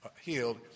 healed